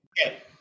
okay